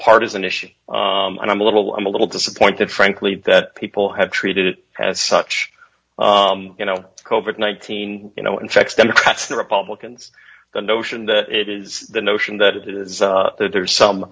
partisan issue and i'm a little i'm a little disappointed frankly that people have treated it as such you know covert nineteen you know infects democrats the republicans the notion that it is the notion that it is there's some